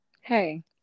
hey